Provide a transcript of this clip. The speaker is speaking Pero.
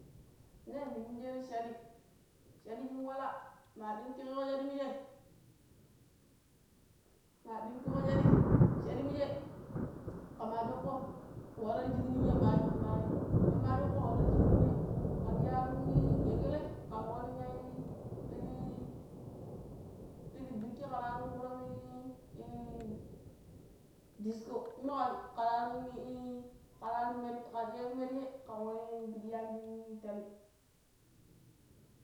Ne, ne mimjeeno̱ shaɗi, shadi shin wala, maa dunkiƙeeƙo shaɗi mije, maa dinkiƙo shedi shadi mije kemaa sho̱ƙƙo walla ti shik ninya̱ mai mai ninya̱ maa sho̱ƙƙo walla ti shikk ninya̱ kira iya aro̱n yaka̱le, kan warin yaiii pidi, pidi biki kir aron ƙuram i-i- disko kuma ƙira aron-i-i-kara ron kira iya yun merje ƙan wari fidi shinshi tali.